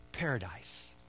paradise